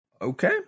Okay